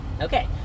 Okay